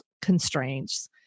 constraints